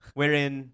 wherein